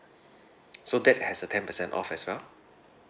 so that has a ten percent off as well